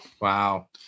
Wow